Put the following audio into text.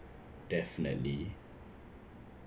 definitely